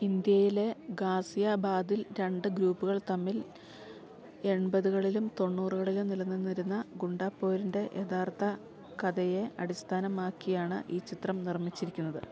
ഇന്ത്യയിലെ ഗാസിയാബാദിൽ രണ്ട് ഗ്രൂപ്പുകൾ തമ്മിൽ എണ്പതുകളിലും തൊണ്ണൂറുകളിലും നിലനിന്നിരുന്ന ഗുണ്ടാപ്പോരിൻ്റെ യഥാർത്ഥകഥയെ അടിസ്ഥാനമാക്കിയാണ് ഈ ചിത്രം നിർമ്മിച്ചിരിക്കുന്നത്